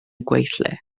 gweithle